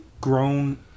grown